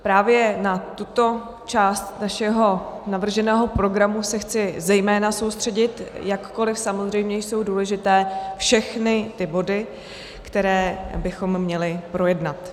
Právě na tuto část našeho navrženého programu se chci zejména soustředit, jakkoliv samozřejmě jsou důležité všechny ty body, které bychom měli projednat.